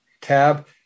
tab